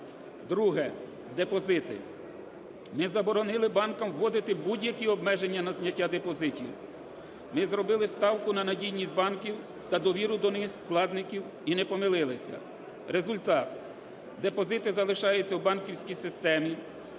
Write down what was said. Друге. Депозити. Ми заборонили банкам вводити будь-які обмеження на зняття депозитів. Ми зробили ставку на надійність банків та довіру до них вкладників і не помилилися. Результат. Депозити залишаються в банківській системі.